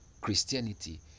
Christianity